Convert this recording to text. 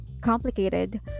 complicated